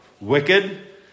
wicked